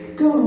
go